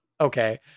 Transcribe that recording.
Okay